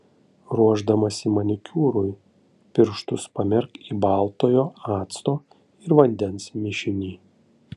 ruošdamasi manikiūrui pirštus pamerk į baltojo acto ir vandens mišinį